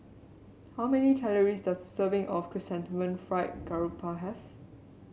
how many calories does a serving of Chrysanthemum Fried Garoupa have